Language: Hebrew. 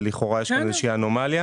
ולכאורה יש כאן איזושהי אנומליה.